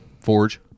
forge